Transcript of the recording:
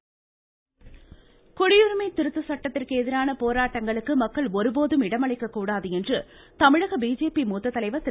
R குடியுரிமை திருத்த சட்டத்திற்கு எதிரான போராட்டங்களுக்கு மக்கள் ஒருபோதும் இடமளிக்க கூடாது என்று தமிழக பிஜேபி மூத்த தலைவர் திரு